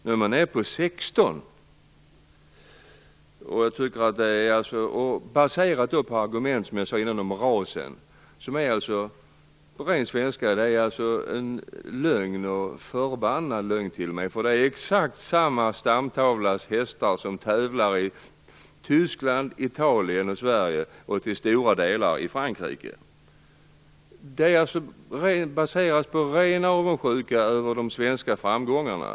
Nu är man nere på 16 %, baserat på argument som har att göra med rasen. På ren svenska är detta en lögn - en förbannad lögn till och med. Det är nämligen exakt samma stamtavlas hästar som tävlar i Tyskland, Italien och Sverige, och till stora delar även i Frankrike. Detta är alltså baserat på ren avundsjuka på de svenska framgångarna.